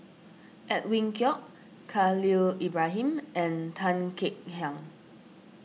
Edwin Koek Khalil Ibrahim and Tan Kek Hiang